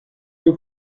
you